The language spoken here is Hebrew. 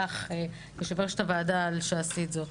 ולכן יושבת-ראש הוועדה שעשית זאת.